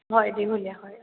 হয় দিঘলীয়া হয়